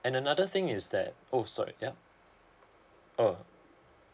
and another thing is that oh sorry yup